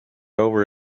over